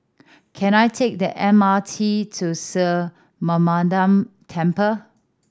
can I take the M R T to Mariamman Temple